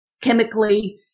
chemically